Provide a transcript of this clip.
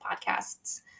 podcasts